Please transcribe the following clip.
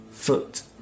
Foot